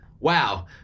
Wow